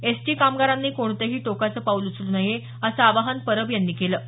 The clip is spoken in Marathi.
एस टी कामगारांनी कोणतंही टोकाचं पाऊल उचलू नये असं आवाहन परब यांनी केलं आहे